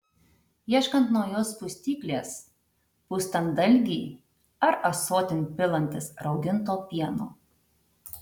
ieškant naujos pustyklės pustant dalgį ar ąsotin pilantis rauginto pieno